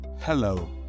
Hello